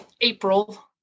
April